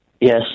Yes